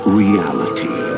reality